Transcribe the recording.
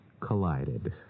collided